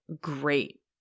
Great